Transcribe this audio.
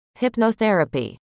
hypnotherapy